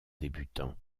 débutants